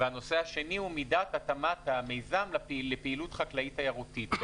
והנושא השני הוא מידת התאמת המיזם לפעילות חקלאית תיירותית.